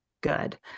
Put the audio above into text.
good